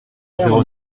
zéro